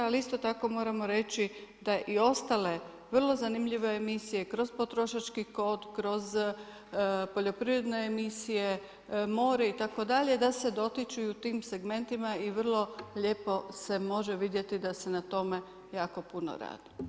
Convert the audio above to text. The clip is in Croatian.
Ali isto tako moramo reći da i ostale vrlo zanimljive emisije kroz Potrošački kod, kroz poljoprivredne emisije, More itd. da se dotiču i u tim segmentima i vrlo lijepo se može vidjeti da se na tome jako puno radi.